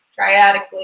triadically